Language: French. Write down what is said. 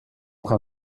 train